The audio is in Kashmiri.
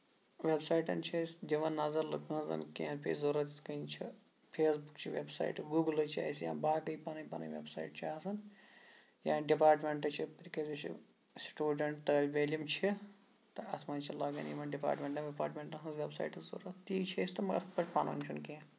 ویبسیٹن چھِ أسۍ دِوان نظر لُکہٕ ہٕنزن کیٚنٛہہ بیٚیہِ ضوٚرتھ چھُ فیس بُکچہِ ویب سایٹہٕ گوٗگلہٕ چہِ چھِ اَسہِ یا باقٕے ویب سایٹہٕ چھےٚ آسان یا ڈِپارٹمینٹہٕ چھِ سُٹوٗڈنٹ تعلبہِ علِم چھِ تہٕ اَتھ منٛز چھِ لگان یِمن ڈِپارٹمینٹن وِپارٹمینٹ ہنز ویب سایٹہٕ ضوٚرتھ تی چھِ أسۍ تَتھ پٮ۪ٹھ مَگر یِتھۍ پٲتھۍ بَنان چھُنہٕ کیٚنہہ